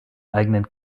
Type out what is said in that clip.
eigenen